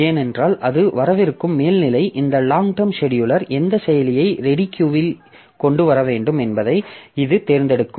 ஏனென்றால் அது வரவிருக்கும் மேல்நிலை இந்த லாங் டெர்ம் செடியூலர் எந்த செயலியை ரெடி கியூ இல் கொண்டு வர வேண்டும் என்பதை இது தேர்ந்தெடுக்கும்